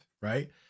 right